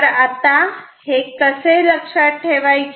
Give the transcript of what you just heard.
तर आता हे कसे लक्षात ठेवायचे